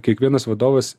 kiekvienas vadovas